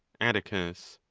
atticus.